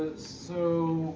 so.